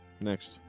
Next